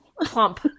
Plump